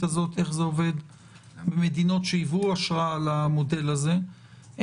הזאת איך זה עובד במדינות שהיוו השראה למודל הזה.